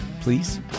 Please